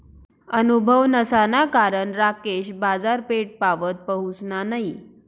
अनुभव नसाना कारण राकेश बाजारपेठपावत पहुसना नयी